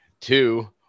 two